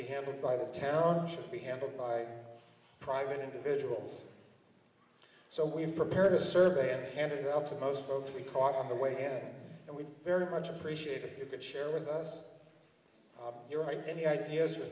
be handled by the town should be handled by private individuals so we've prepared a survey and handed out to most folks we caught on the way and we very much appreciate if you could share with us your right any ideas or